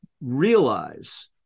realize